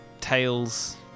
tales